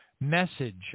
message